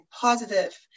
positive